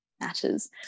matters